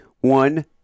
one